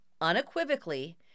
unequivocally